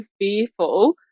fearful